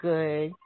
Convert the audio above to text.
Good